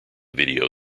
video